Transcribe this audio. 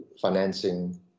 financing